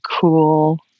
cool